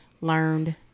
learned